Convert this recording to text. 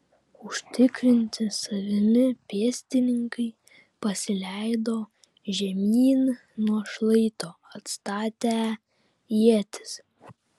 užtikrinti savimi pėstininkai pasileido žemyn nuo šlaito atstatę ietis